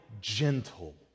gentle